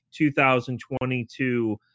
2022